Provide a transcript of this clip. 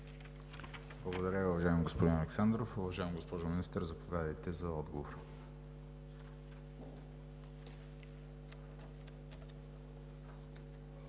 Благодаря Ви, уважаеми господин Александров. Уважаема госпожо Министър, заповядайте за отговор.